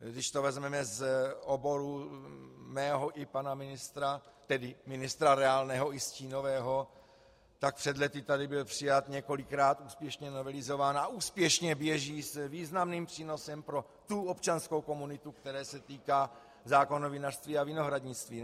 Když to vezmeme z oboru mého i pana ministra, tedy ministra reálného i stínového, tak před několika lety tady byl přijat, několikrát úspěšně novelizován a úspěšně běží s významným přínosem pro tu občanskou komunitu, které se týká, zákon o vinařství a vinohradnictví.